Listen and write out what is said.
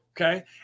Okay